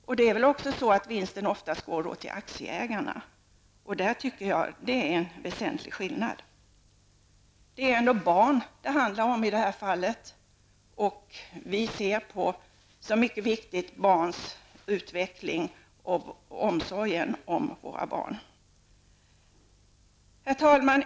Vinsten går väl då också oftast till aktieägarna. Därför tycker jag att det är en väsentlig skillnad. I det här fallet handlar det om barn. Vi ser barnens utveckling och omsorgen om våra barn som något mycket viktigt. Herr talman!